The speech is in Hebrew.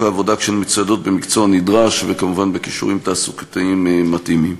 העבודה כשהן מצוידות במקצוע נדרש וכמובן בכישורים תעסוקתיים מתאימים.